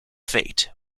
fate